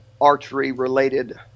archery-related